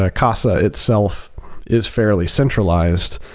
ah casa itself is fairly centralized,